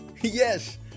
Yes